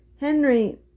Henry